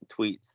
tweets